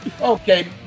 okay